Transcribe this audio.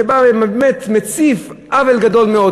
שבאים ובאמת מציפים עוול גדול מאוד,